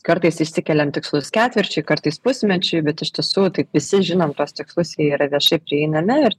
kartais išsikeliam tikslus ketvirčiui kartais pusmečiui bet iš tiesų taip visi žinom tuos tikslus jie yra viešai prieinami ir